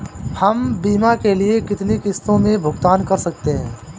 हम बीमा के लिए कितनी किश्तों में भुगतान कर सकते हैं?